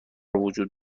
وجود